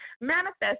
manifest